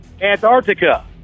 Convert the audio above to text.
Antarctica